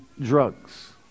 drugs